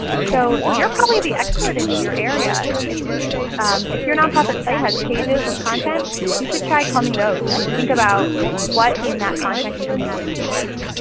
so you're probably the expert in your area. if if your nonprofit site has pages of content you should try combing those and think about what in that content you can use as keywords.